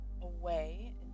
away